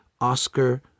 Oscar